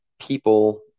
people